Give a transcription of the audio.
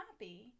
happy